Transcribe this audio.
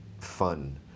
fun